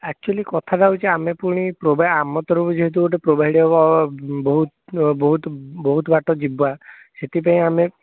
actually କଥାଟା ହେଉଛି ଆମେ ପୁଣି ପ୍ରୋଭା ଆମ ତରଫରୁ ଯେହେତୁ ଗୋଟେ ପ୍ରୋଭାଇଡ଼୍ ହବ ବହୁତ୍ ବହୁତ୍ ବାଟ ଯିବା ସେଥିପାଇଁ ଆମେ